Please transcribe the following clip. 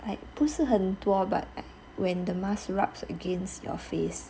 like 不是很多 but when the mask rubs against your face